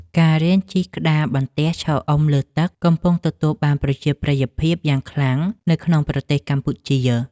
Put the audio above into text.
ការរៀនជិះក្តារបន្ទះឈរអុំលើទឹក កំពុងទទួលបានប្រជាប្រិយភាពយ៉ាងខ្លាំងនៅក្នុងប្រទេសកម្ពុជា។